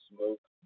Smoke